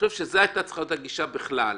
חושב שזאת הייתה צריכה להיות הגישה בכלל,